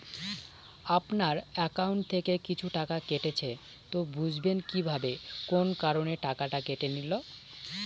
আপনার একাউন্ট থেকে কিছু টাকা কেটেছে তো বুঝবেন কিভাবে কোন কারণে টাকাটা কেটে নিল?